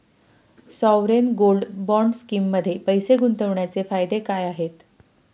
Sovereign gold bond स्कीममध्ये पैसे गुंतवण्याचे फायदे काय आहेत?